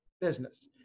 business